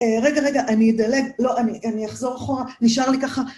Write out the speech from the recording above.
רגע, רגע, אני אדלג, לא, אני אחזור אחורה, נשאר לי ככה.